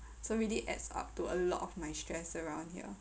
so really adds up to a lot of my stress around here